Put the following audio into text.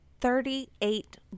Thirty-eight